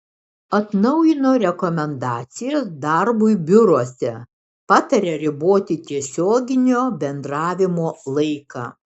atnaujino rekomendacijas darbui biuruose pataria riboti tiesioginio bendravimo laiką